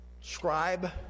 scribe